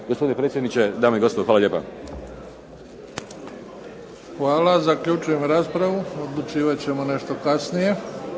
Gospodine predsjedniče, dame i gospodo, hvala lijepa. **Bebić, Luka (HDZ)** Hvala. Zaključujem raspravu. Odlučivat ćemo nešto kasnije.